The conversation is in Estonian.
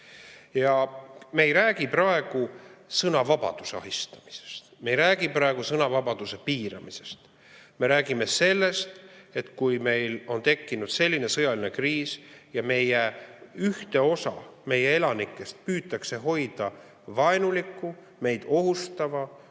Me ei räägi praegu sõnavabaduse ahistamisest, me ei räägi praegu sõnavabaduse piiramisest. Me räägime sellest, et kui meil on tekkinud sõjaline kriis ja ühte osa meie elanikest püütakse hoida vaenuliku, meid ohustava